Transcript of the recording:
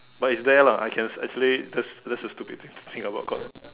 but it's rare lah I can I actually that's that's a stupid to think about cause